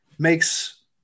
Makes